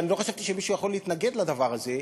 אני לא חשבתי שמישהו יכול להתנגד לדבר הזה.